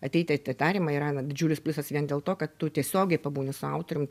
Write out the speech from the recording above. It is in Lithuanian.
ateiti į atidarymą yra na didžiulis pliusas vien dėl to kad tu tiesiogiai pabūni su autorium